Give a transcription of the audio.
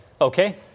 Okay